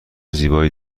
زیبایی